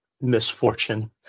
misfortune